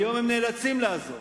היום הם נאלצים לעזוב,